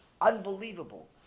Unbelievable